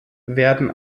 werden